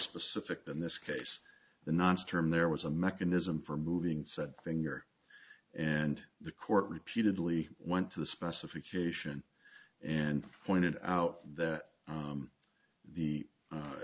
specific than this case the nonce term there was a mechanism for moving said finger and the court repeatedly went to the specification and pointed out that the